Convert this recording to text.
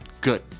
Good